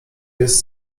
jest